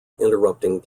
interrupting